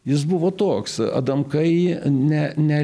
jis buvo toks adamkai ne ne